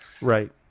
right